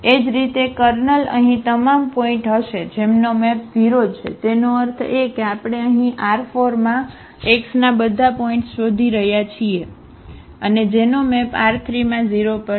એ જ રીતે કર્નલ અહીં તમામ પોઇન્ટહશે જેમનો મેપ 0 છે તેનો અર્થ એ કે આપણે અહીં R4માં x ના બધા પોઇન્ટ્સ શોધી રહ્યા છીએ અને જેનો મેપ R3 માં 0 પર છે